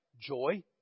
joy